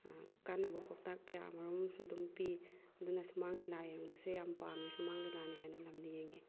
ꯀꯥꯟꯅꯕ ꯄꯥꯎꯇꯥꯛ ꯀꯌꯥꯃꯔꯣꯝ ꯑꯃꯁꯨ ꯑꯗꯨꯝ ꯄꯤ ꯑꯗꯨꯅ ꯁꯨꯃꯥꯡ ꯂꯤꯂꯥ ꯌꯦꯡꯕꯁꯦ ꯌꯥꯝ ꯄꯥꯝꯃꯤ ꯁꯨꯃꯥꯡ ꯂꯤꯂꯥꯅ ꯍꯦꯟꯅ ꯅꯝꯅ ꯌꯦꯡꯉꯤ